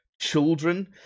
children